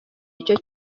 icyo